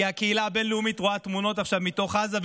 כי הקהילה הבין-לאומית רואה עכשיו תמונות מתוך עזה,